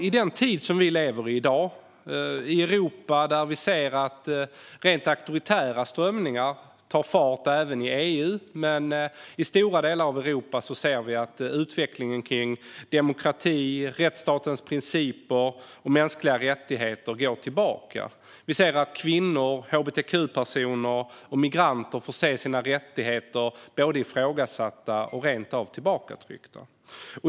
I den tid som vi i Europa i dag lever i ser vi rent auktoritära strömningar ta fart, även i EU. I stora delar av Europa ser vi att utvecklingen när det gäller demokrati, rättsstatens principer och mänskliga rättigheter går tillbaka. Kvinnor, hbtq-personer och migranter får se sina rättigheter både ifrågasatta och rent av tillbakatryckta.